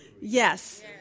Yes